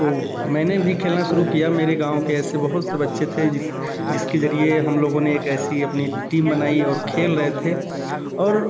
तो मैंने भी खेलना शुरू किया मेरे गाँव के ऐसे बहुत से बच्चे थे जिस जिसके ज़रिए हम लोगों ने एक ऐसी अपनी टीम बनाई और खेल रहे थे और